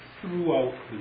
throughout